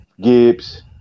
Gibbs